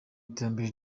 iterambere